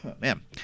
Man